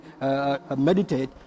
meditate